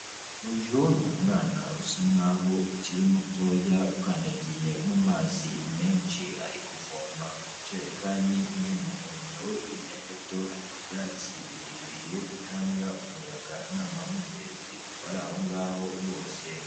Uyu ni umwana usa nkaho ukiri mutoya, ukandagiye mu mazi menshi ari kuvoma mu njerekani y'umuhondo, hirya gato hari ibyatsi birebire bitanga umuyaga n'amahumbezi ku bari aho ngaho bose.